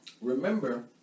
remember